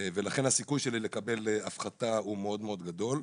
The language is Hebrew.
ולכן הסיכוי שלי לקבל הפחתה הוא מאוד מאוד גדול.